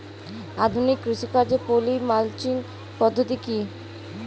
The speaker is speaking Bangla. আধুনিক কৃষিকাজে পলি মালচিং পদ্ধতি কি?